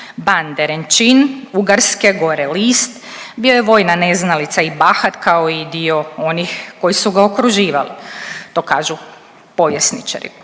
Ban Derenčin ugarske gore list bio je vojna neznalica i bahat kao i dio onih koji su ga okruživali. To kažu povjesničari.